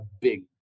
big